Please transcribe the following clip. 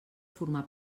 formar